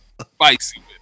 Spicy